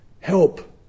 Help